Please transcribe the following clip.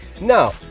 Now